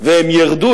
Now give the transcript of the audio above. והם ירדו,